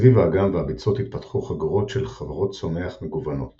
סביב האגם והביצות התפתחו חגורות של חברות צומח מגוונות